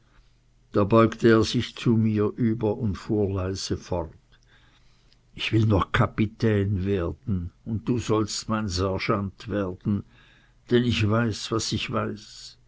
da beugte er sich zu mir über und fuhr leise fort ich will noch kapitän werden und du sollst mein sergeant werden denn ich weiß was ich weiß